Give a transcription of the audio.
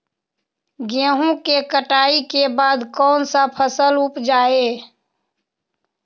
गेंहू के कटाई के बाद कौन सा फसल उप जाए?